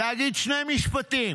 להגיד שני משפטים: